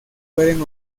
pueden